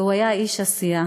והוא היה איש עשייה.